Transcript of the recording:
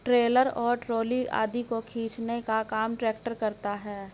trailer और trolley आदि को खींचने का काम ट्रेक्टर करता है